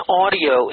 audio